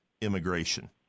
immigration